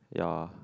ya